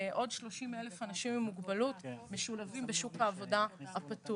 עוד 30,000 אנשים עם מוגבלות משולבים בשוק העבודה הפתוח.